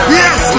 yes